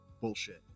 Bullshit